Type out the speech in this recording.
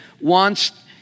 wants